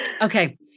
Okay